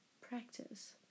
Practice